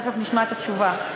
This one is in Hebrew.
תכף נשמע את התשובה.